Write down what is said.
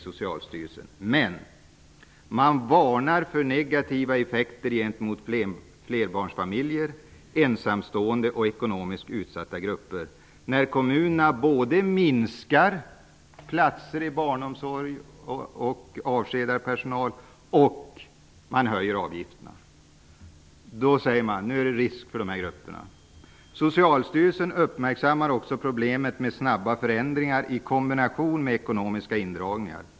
Socialstyrelsen varnar för negativa effekter gentemot flerbarnsfamiljer, ensamstående och ekonomiskt utsatta grupper när kommunerna samtidigt minskar antalet platser i barnomsorgen, avskedar personal och höjer avgifterna. Socialstyrelsen uppmärksammar också problemet med snabba förändringar i kombination med ekonomiska indragningar.